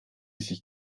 sich